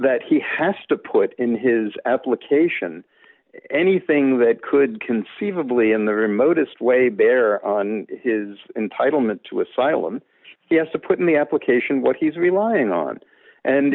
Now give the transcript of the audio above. that he has to put in his application anything that could conceivably in the remotest way bear on his entitlement to asylum yes to put in the application what he's relying on and